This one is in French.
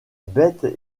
bêtes